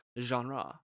genre